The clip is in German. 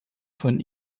von